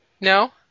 No